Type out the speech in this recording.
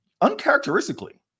uncharacteristically